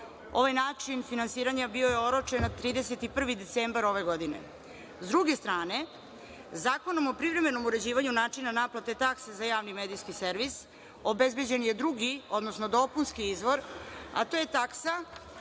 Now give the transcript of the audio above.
Ovaj način finansiranja bio je oročen na 31. decembar ove godine.S druge strane, Zakonom o privremenom uređivanju načina naplate takse za Javni medijski servis obezbeđen je drugi, odnosno dopunski izvor, a to je taksa